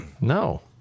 No